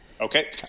Okay